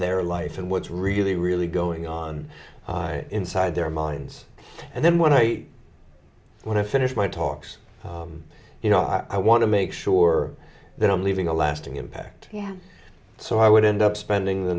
their life and what's really really going on inside their minds and then when i when i finish my talks you know i want to make sure that i'm leaving a lasting impact so i would end up spending the